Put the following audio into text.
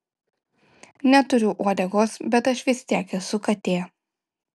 neturiu uodegos bet aš vis tiek esu katė